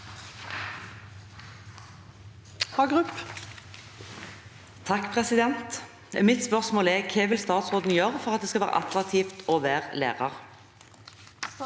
(H) Mitt spørsmål er: «Hva vil statsråden gjøre for at det skal være attraktivt å være lærer?»